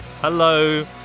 hello